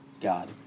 God